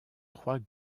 trois